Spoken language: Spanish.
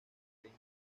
reino